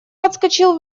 подскочил